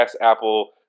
Apple